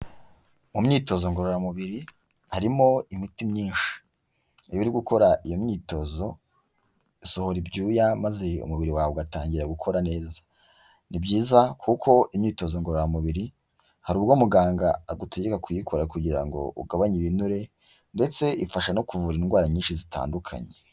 Mu myitozo ngororamubiri harimo imiti myinshi. Iyo uri gukora iyo myitozo, usohora ibyuya, maze umubiri wawe ugatangira gukora neza; ni byiza kuko imyitozo ngororamubiri, hari ubwo muganga agutegeka kuyikora kugira ngo ugabanye ibinure, ndetse ifasha no kuvura indwara nyinshi zitandukanye.